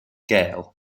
gail